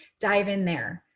dive in there,